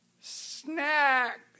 snack